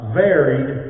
varied